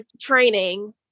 training